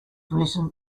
recent